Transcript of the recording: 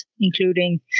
including